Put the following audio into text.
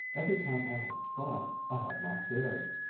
every time i have tried, i have not dared.